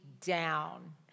down